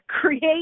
create